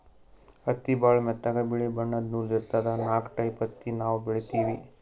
ಹತ್ತಿ ಭಾಳ್ ಮೆತ್ತಗ ಬಿಳಿ ಬಣ್ಣದ್ ನೂಲ್ ಇರ್ತದ ನಾಕ್ ಟೈಪ್ ಹತ್ತಿ ನಾವ್ ಬೆಳಿತೀವಿ